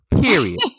Period